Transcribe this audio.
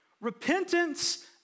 Repentance